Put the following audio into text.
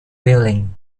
willing